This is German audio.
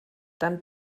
dann